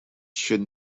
should